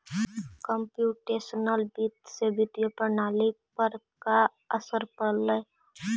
computational वित्त से वित्तीय प्रणाली पर का असर पड़लइ